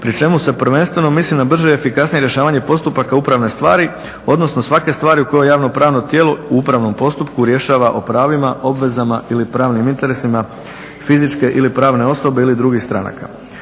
pri čemu se prvenstveno misli na brže i efikasnije rješavanje postupaka upravne stvari, odnosno svake stvari u kojoj javno pravno tijelo u upravnom postupku rješava o pravima, obvezama ili pravnim interesima fizičke ili pravne osobe ili drugih stranaka.